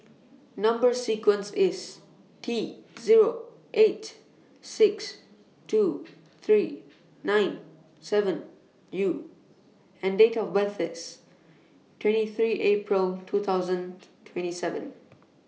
Number sequence IS T Zero eight six two three nine seven U and Date of birth IS twenty three April two thousand twenty seven